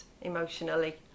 emotionally